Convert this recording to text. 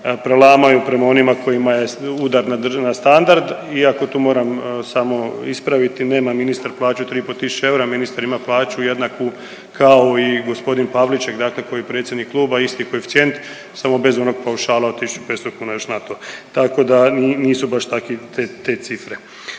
prelamaju prema onima kojima je udar na državni standard, iako tu moram samo ispraviti nema ministar plaću 3,5 tisuće eura, ministar ima plaću jednaku kao i g. Pavliček koji je predsjednik kluba isti koeficijent samo bez onog paušala od 1.500 kuna još na to tako da nisu baš te cifre.